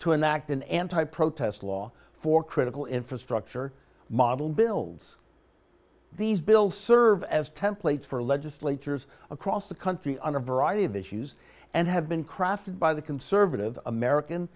to enact an anti protest law for critical infrastructure model bills these bills serve as templates for legislatures across the country on a variety of issues and have been crafted by the conservative american